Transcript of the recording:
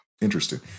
Interesting